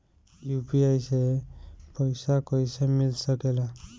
UPI से पइसा कईसे मिल सके ला?